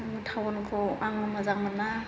टाउनखौ आं मोजां मोना